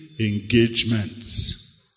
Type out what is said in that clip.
Engagements